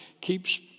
keeps